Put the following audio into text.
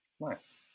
Nice